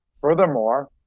Furthermore